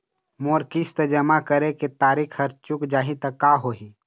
मोर किस्त जमा करे के तारीक हर चूक जाही ता का होही?